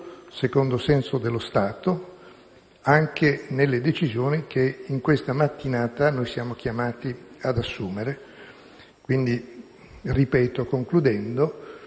secondo senso dello Stato anche nelle decisioni che in questa mattinata noi siamo chiamati ad assumere. Quindi, ripeto - concludendo